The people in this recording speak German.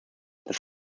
das